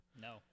No